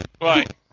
Right